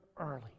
early